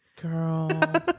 girl